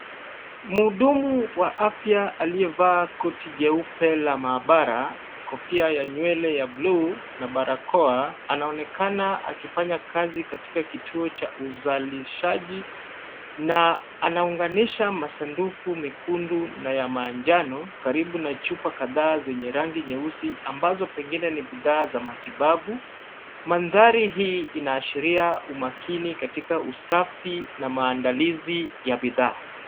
Mhudumu wa afya aliyevaa koti jeupe la maabara, kofia ya nywele ya bluu na barakoa, anaonekana akifanya kazi katika kituo cha uzalishaji na anaunganisha masanduku mekundu na ya manjano karibu na chupa kadhaa za rangi nyeusi, ambazo pengine ni bidhaa za matibabu. Mandhari hii inaashiria umakini katika usafi na maandalizi ya bidhaa.